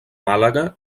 màlaga